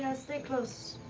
yeah stay close.